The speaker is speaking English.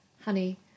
honey